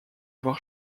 avoir